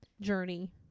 journey